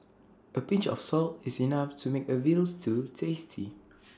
A pinch of salt is enough to make A Veal Stew tasty